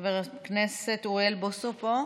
חבר הכנסת אוריאל בוסו פה?